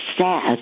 sad